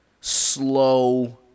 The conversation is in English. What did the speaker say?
slow